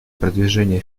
продвижения